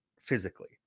physically